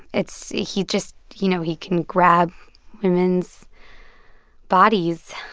it's he just you know, he can grab women's bodies.